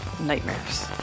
nightmares